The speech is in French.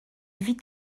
vit